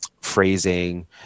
phrasing